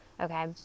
Okay